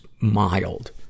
mild